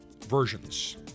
versions